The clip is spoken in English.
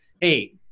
Hey